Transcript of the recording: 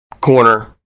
corner